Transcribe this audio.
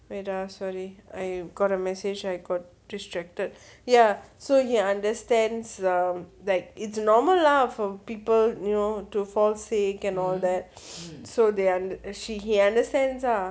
wait ah sorry I got a message I got distracted ya so he understands that it's normal lah for people you know to fall sick and all that so they are she he understands lah